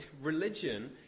religion